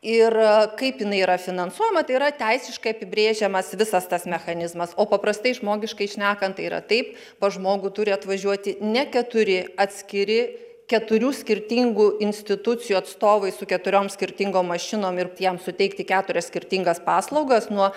ir kaip jinai yra finansuojama tai yra teisiškai apibrėžiamas visas tas mechanizmas o paprastai žmogiškai šnekant tai yra taip pas žmogų turi atvažiuoti ne keturi atskiri keturių skirtingų institucijų atstovai su keturiom skirtingom mašinom ir jam suteikti keturias skirtingas paslaugas nuo